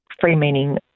free-meaning